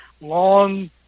long